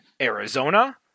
Arizona